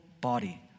body